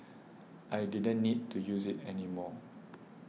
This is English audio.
I didn't need to use it anymore